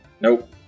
Nope